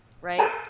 right